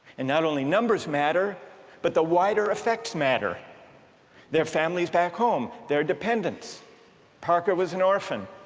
and not only numbers matter but the wider effects matter their families back home, their dependents parker was an orphan,